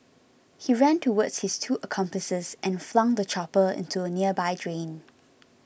he ran towards his two accomplices and flung the chopper into a nearby drain